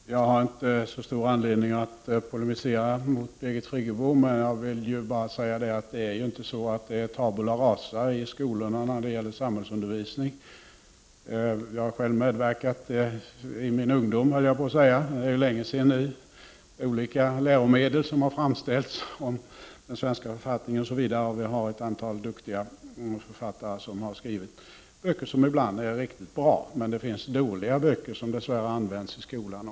Fru talman! Jag har inte särskilt stor anledning att polemisera mot Birgit Friggebo. Jag vill dock säga att det inte är så, att det är ”tabula rasa” i skolan när det gäller samhällsundervisningen. Jag har själv i min ungdom, det är alltså ganska länge sedan nu, medverkat vid framställningen av olika läromedel om den svenska författningen osv. Ett antal duktiga författare har skrivit böcker som ibland är riktigt bra. Men det finns också dåliga böcker som, dess värre, också används i skolan.